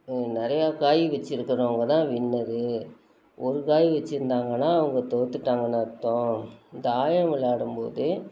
நிறையா காய் வெச்சுருக்கறவுங்க தான் வின்னரு ஒரு காய் வெச்சுருந்தாங்கன்னா அவங்க தோற்றுட்டாங்கனு அர்த்தம் தாயம் விளாடும்போது